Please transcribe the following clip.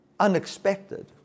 Unexpected